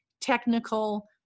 technical